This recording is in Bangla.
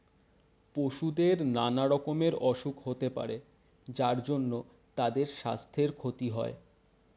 পশুদের নানা রকমের অসুখ হতে পারে যার জন্যে তাদের সাস্থের ক্ষতি হয়